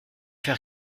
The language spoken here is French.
faire